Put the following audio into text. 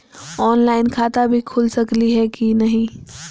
Online खाता भी खुल सकली है कि नही?